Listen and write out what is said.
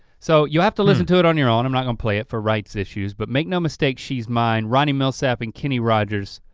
so you'll have to listen to it on your own, i'm not gonna play it for rights issues, but make no mistake, she's mine, ronnie milsap and kenny rogers.